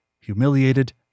humiliated